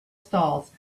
stalls